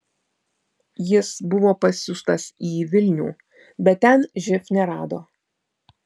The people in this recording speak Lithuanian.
jis buvo pasiųstas į vilnių bet ten živ nerado